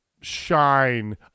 shine